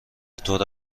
طور